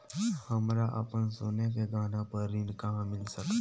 हमरा अपन सोने के गहना पर ऋण कहां मिल सकता?